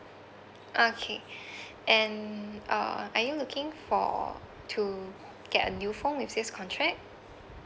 okay and uh are you looking for to get a new phone with this contract